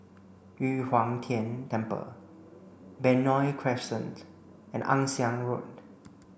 Yu Huang Tian Temple Benoi Crescent and Ann Siang Road